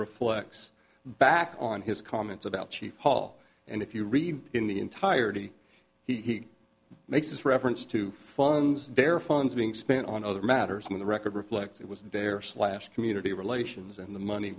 reflects back on his comments about chief hall and if you read in the entirety he makes reference to funds their funds being spent on other matters when the record reflects it was a day or slash community relations and the money